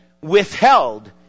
withheld